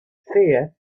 fear